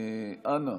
אנא,